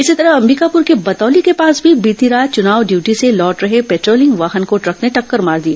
इसी तरह अंबिकापुर के बतौली के पास भी बीती रात चुनाव ड्यूटी से लौट रहे पेट्रोलिंग वाहन को ट्रक ने टक्कर मार दी